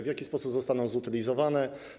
W jaki sposób zostaną zutylizowane?